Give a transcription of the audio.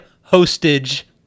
hostage